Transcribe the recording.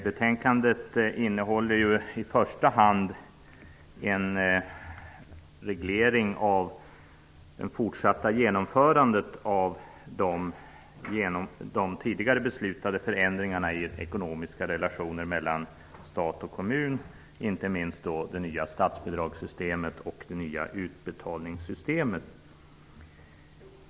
Betänkandet handlar i första hand om en reglering av det fortsatta genomförandet av de tidigare beslutade förändringarna i ekonomiska relationer mellan stat och kommun, inte minst det nya statsbidragssystemet och det nya utbetalningssystemet.